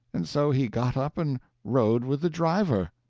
and so he got up and rode with the driver.